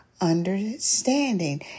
understanding